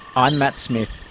ah matt smith,